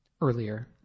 earlier